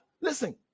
Listen